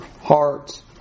hearts